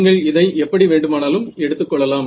நீங்கள் இதை எப்படி வேண்டுமானாலும் எடுத்துக்கொள்ளலாம்